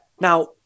Now